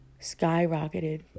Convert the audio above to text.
skyrocketed